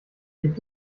gibt